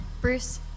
Bruce